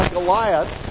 Goliath